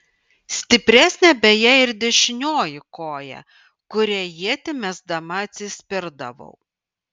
stipresnė beje ir dešinioji koja kuria ietį mesdama atsispirdavau